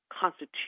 Constitution